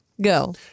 Go